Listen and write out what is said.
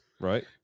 right